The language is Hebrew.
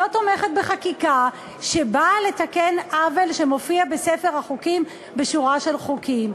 לא תומכת בחקיקה שבאה לתקן עוול שמופיע בספר החוקים בשורה של חוקים?